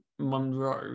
Monroe